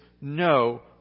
no